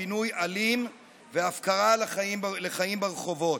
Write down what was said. מפינוי אלים והפקרה לחיים ברחובות.